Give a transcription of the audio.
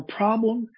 problem